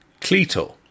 Cleto